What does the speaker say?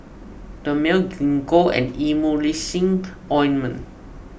Dermale Gingko and Emulsying Ointment